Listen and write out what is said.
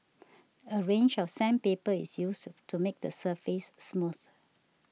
a range of sandpaper is used to make the surface smooth